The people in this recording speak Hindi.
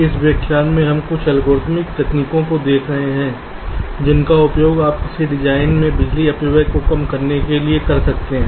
इस व्याख्यान में हम कुछ एल्गोरिथ्मिक तकनीकों को देख रहे हैं जिनका उपयोग आप किसी डिज़ाइन में बिजली अपव्यय को कम करने के लिए कर सकते हैं